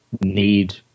need